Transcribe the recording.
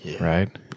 Right